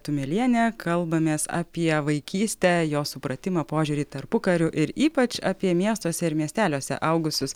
tumelienė kalbamės apie vaikystę jos supratimą požiūrį tarpukariu ir ypač apie miestuose ir miesteliuose augusius